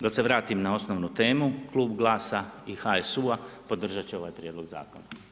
Da se vratim na osnovnu temu, klub GLAS-a i HSU-a podržat će ovaj prijedlog zakona.